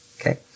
okay